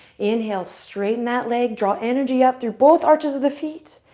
inhale. straighten that leg. draw energy up through both arches of the feet.